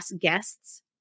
guests